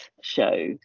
show